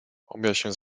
objaśniał